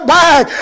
back